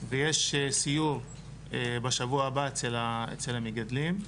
ויש סיור בשבוע הבא אצל המגדלים.